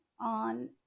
on